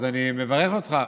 אז אני מברך אותך.